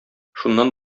шуннан